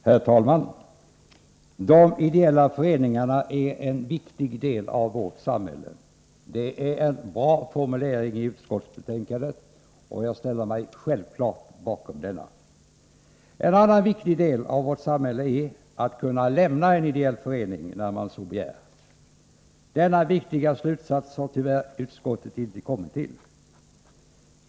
Herr talman! ”-—— de ideella föreningarna är en viktig del av vårt samhälle -=--.” Det är en bra formulering i utskottsbetänkandet, och jag ställer mig självfallet bakom den. En annan viktig del av vårt samhälle är möjligheten att lämna en ideell förening när man så begär. Denna viktiga slutsats har utskottet tyvärr inte kommit fram till.